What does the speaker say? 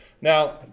Now